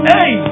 Hey